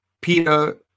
Peter